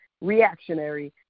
reactionary